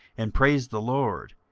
and praised the lord.